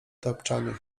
tapczanie